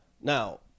Now